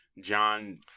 John